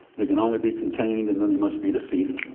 they can only be contained and then they must be defeated.